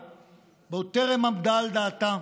עוד טרם עמדה על דעתה,